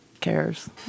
cares